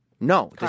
No